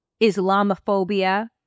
Islamophobia